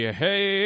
hey